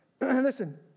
Listen